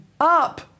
up